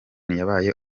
yabaye